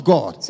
God